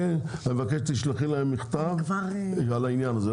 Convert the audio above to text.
אני מבקש שתשלחי להם מכתב בעניין הזה,